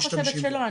אני לא אומרת שלא.